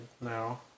now